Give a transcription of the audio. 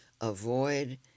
avoid